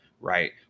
right